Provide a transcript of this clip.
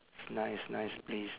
it's a nice nice place